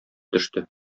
төште